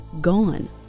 gone